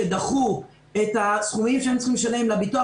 שדחו את הסכומים שהם צריכים לשלם לביטוח